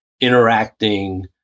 interacting